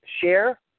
share